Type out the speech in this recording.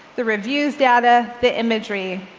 the reviews data, the imagery.